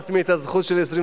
כשאנחנו מחוקקים חוק בבית הזה,